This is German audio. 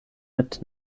mit